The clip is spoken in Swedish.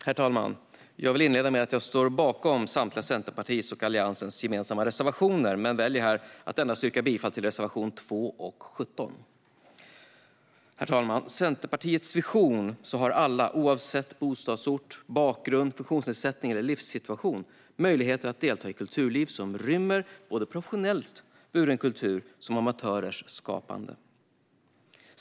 Herr talman! Jag vill inleda med att jag står bakom samtliga Centerpartiets och Alliansens gemensamma reservationer, men jag väljer här att yrka bifall endast till reservationerna 2 och 17. Herr talman! I Centerpartiets vision har alla, oavsett bostadsort, bakgrund, funktionsnedsättning eller livssituation, möjligheter att delta i kulturliv som rymmer både professionellt buren kultur och amatörers skapande.